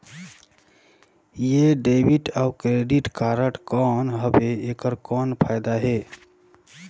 ये डेबिट अउ credit card कौन हवे एकर कौन फाइदा हे?